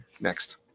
next